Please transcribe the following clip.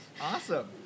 Awesome